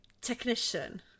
Technician